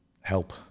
help